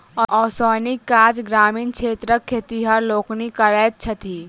ओसौनीक काज ग्रामीण क्षेत्रक खेतिहर लोकनि करैत छथि